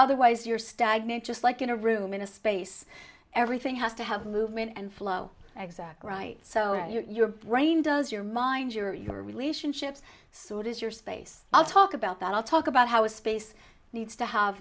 otherwise you're stagnate just like in a room in a space everything has to have movement and flow exactly right so your brain does your mind your your relationships so does your space i'll talk about that i'll talk about how a space needs to have